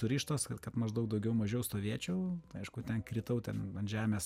surištas kad maždaug daugiau mažiau stovėčiau aišku ten kritau ant žemės